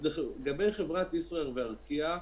לגבי חברת ישראייר וארקיע,